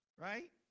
right